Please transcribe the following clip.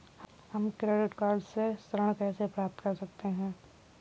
हम credit card से ऋण कैसे प्राप्त कर सकते हैं?